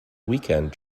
weekend